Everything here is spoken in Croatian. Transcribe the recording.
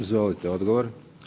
Izvolite odgovor.